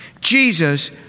Jesus